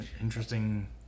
Interesting